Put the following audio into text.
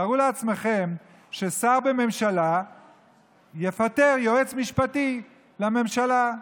תארו לעצמכם, ששר בממשלה יפטר יועץ משפטי לממשלה,